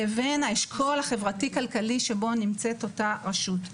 לבין האשכול החברתי-כלכלי שבו נמצאת אותה רשות.